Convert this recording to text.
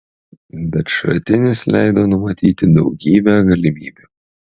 bet šratinis leido numanyti daugybę galimybių